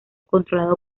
controlado